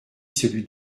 celui